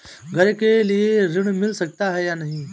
घर के लिए ऋण मिल सकता है या नहीं?